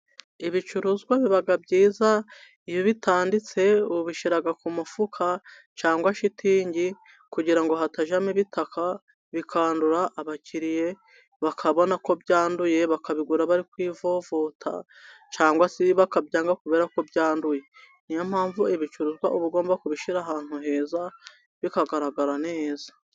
Ibicuruzwa biba byiza iyo bitanditse, babishyira ku mufuka cyangwa shitingi, kugira ngo hatajyamo ibitaka bikandura, abakiriya bakabona ko byanduye bakabigura bari kwivovota cyangwa se bakabyanga, kubera ko byanduye niyo mpamvu ibicuruzwa uba ugomba kubishyira ahantu heza bikagaragara neza.